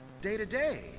day-to-day